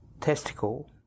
testicle